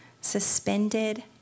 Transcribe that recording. suspended